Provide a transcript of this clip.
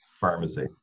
pharmacy